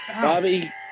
Bobby